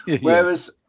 whereas